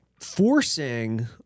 forcing